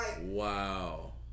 Wow